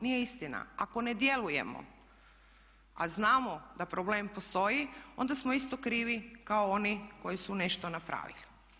Nije istina, ako ne djelujemo a znamo da problem postoji onda smo isto krivi kao oni koji su nešto napravili.